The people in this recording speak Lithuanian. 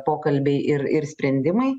pokalbiai ir ir sprendimai